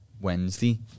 Wednesday